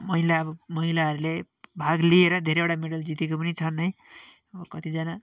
महिला अब महिलाहरूले भाग लिएर धेरैवटा मेडल जितेको पनि छन् है अब कतिजना